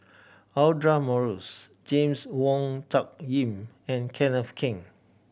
Audra Morrice James Wong Tuck Yim and Kenneth Keng